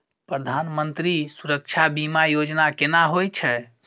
प्रधानमंत्री सुरक्षा बीमा योजना केना होय छै?